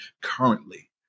currently